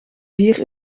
vier